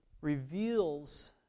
reveals